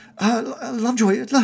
Lovejoy